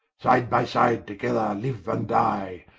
side by side, together liue and dye,